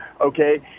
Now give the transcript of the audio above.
Okay